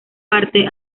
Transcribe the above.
parte